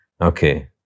Okay